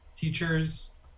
teachers